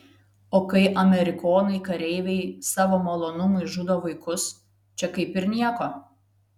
o kai amerikonai kareiviai savo malonumui žudo vaikus čia kaip ir nieko